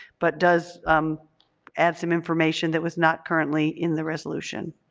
but does um add some information that was not currently in the resolution.